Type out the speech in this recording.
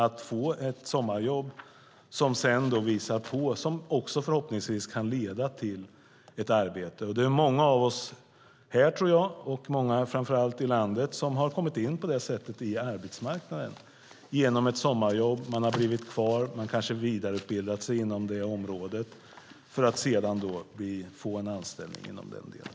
Det kan förhoppningsvis leda till ett arbete. Det är många av oss här och framför allt i landet som har kommit in i arbetsmarkanden genom ett sommarjobb. Man har blivit kvar och har kanske vidareutbildat sig inom området för att sedan få en anställning inom den delen.